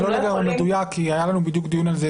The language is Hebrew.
זה לא לגמרי מדויק כי היה לנו בדיוק דיון על זה,